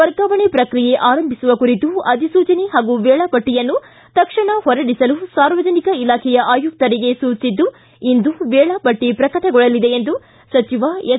ವರ್ಗಾವಣೆ ಪ್ರಕ್ರಿಯೆ ಆರಂಭಿಸುವ ಕುರಿತು ಅಧಿಸೂಚನೆ ಹಾಗೂ ವೇಳಾಪಟ್ಟಿಯನ್ನು ತಕ್ಷಣ ಹೊರಡಿಸಲು ಸಾರ್ವಜನಿಕ ಇಲಾಖೆಯ ಆಯುಕ್ತರಿಗೆ ಸೂಚಿಸಿದ್ದು ಇಂದು ವೇಳಾಪಟ್ಟ ಪ್ರಕಟಗೊಳ್ಳಲಿದೆ ಎಂದು ಸಚಿವ ಎಸ್